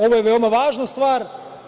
Ovo je veoma važna stvar.